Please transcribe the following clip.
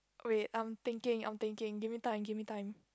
wait I'm thinking I'm thinking give me time give me time